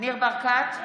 ניר ברקת,